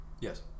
Yes